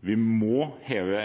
vi må heve